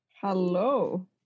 Hello